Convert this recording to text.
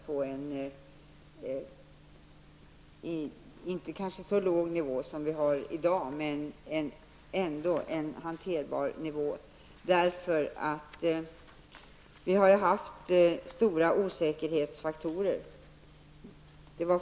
Inströmningen kanske inte kommer att vara så låg som den är i dag, men vi hoppas att den skall ligga på en hanterbar nivå. Det finns nämligen stora osäkerhetsfaktorer härvidlag.